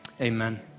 Amen